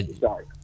Sorry